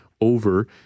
over